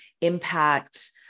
impact